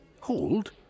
Hold